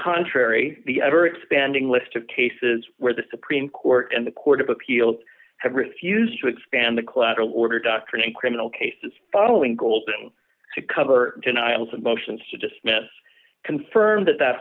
contrary the ever expanding list of cases where the supreme court and the court of appeals have refused to expand the collateral order doctrine in criminal cases following golding to cover denials and motions to dismiss confirm that that